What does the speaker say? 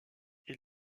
est